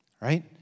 right